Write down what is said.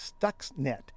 Stuxnet